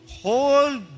whole